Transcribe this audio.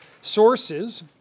sources